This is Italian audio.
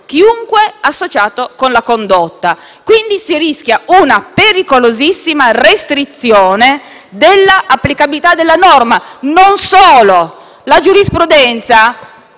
chiunque associato con la condotta. Quindi si rischia una pericolosissima restrizione dell'applicabilità della norma. Non solo: la giurisprudenza,